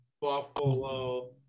Buffalo